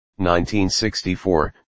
1964